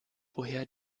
woher